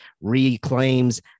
reclaims